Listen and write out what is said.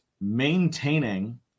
maintaining